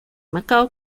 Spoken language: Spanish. macao